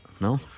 No